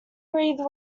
breathe